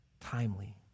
timely